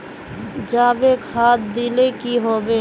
जाबे खाद दिले की होबे?